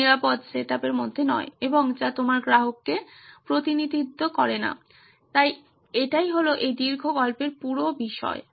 খুব নিরাপদ সেট আপের মধ্যে নয় এবং যা তোমার গ্রাহককে প্রতিনিধিত্ব করে না তাই এটাই হলো এই দীর্ঘ গল্পের পুরো বিষয়